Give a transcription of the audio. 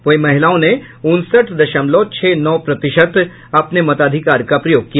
वहीं महिलाओं ने उनसठ दशमलव छह नौ प्रतिशत अपने मताधिकार का प्रयोग किया